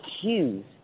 cues